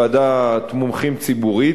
ועדת מומחים ציבורית,